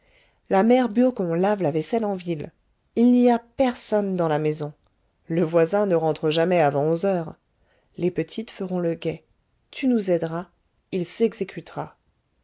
la mère burgon lave la vaisselle en ville il n'y a personne dans la maison le voisin ne rentre jamais avant onze heures les petites feront le guet tu nous aideras il s'exécutera